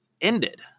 ended